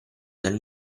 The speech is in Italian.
del